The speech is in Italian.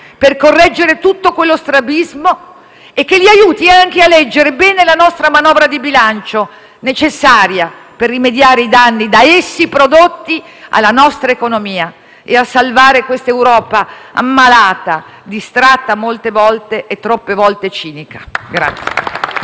per correggere tutto quello strabismo e anche per aiutarli a leggere bene la nostra manovra di bilancio, necessaria per rimediare i danni da essi prodotti alla nostra economia e a salvare questa Europa ammalata, distratta molte volte e troppe volte cinica.